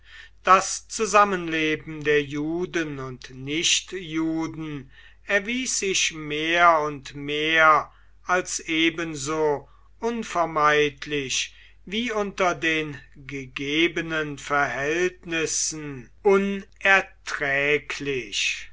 das zusammenleben der juden und nichtjuden erwies sich mehr und mehr als ebenso unvermeidlich wie unter den gegebenen verhältnissen unerträglich